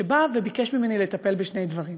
שבא וביקש ממני לטפל בשני דברים: